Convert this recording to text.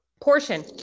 Portion